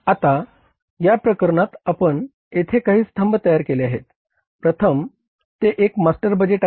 आता या प्रकरणात आपण येथे काही स्तंभ तयार केले आहेत सर्व प्रथम ते एक मास्टर बजेट आहे